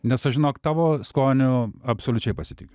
nes aš žinok tavo skonio absoliučiai pasitikiu